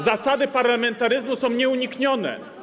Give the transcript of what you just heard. Zasady parlamentaryzmu są nieuniknione.